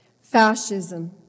fascism